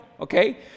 Okay